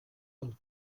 del